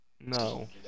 No